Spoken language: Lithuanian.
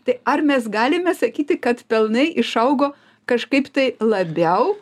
tai ar mes galime sakyti kad pelnai išaugo kažkaip tai labiau